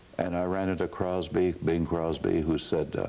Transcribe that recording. and i ran into crosby, bing crosby, who said,